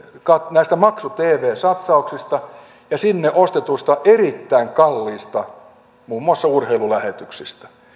näistä maksu tv satsauksista ja sinne ostetuista erittäin kalliista muun muassa urheilulähetyksistä